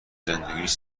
زندگیش